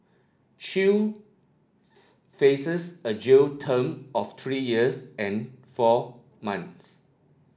chew faces a jail term of three years and four months